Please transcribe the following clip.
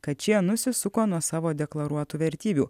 kad šie nusisuko nuo savo deklaruotų vertybių